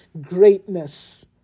greatness